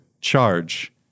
charge